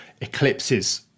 eclipses